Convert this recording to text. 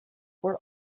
were